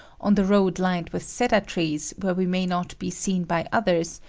on the road lined with cedar trees where we may not be seen by others,